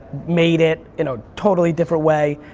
made it you know, totally different way.